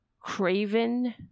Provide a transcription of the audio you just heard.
craven